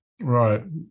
Right